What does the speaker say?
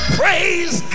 praise